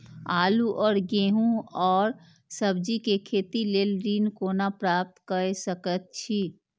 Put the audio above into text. आलू और गेहूं और सब्जी के खेती के लेल ऋण कोना प्राप्त कय सकेत छी?